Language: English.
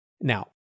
Now